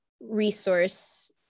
resource